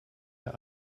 der